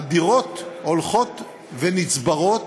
הדירות הולכות ונצברות,